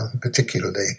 particularly